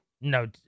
no